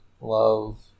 Love